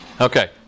Okay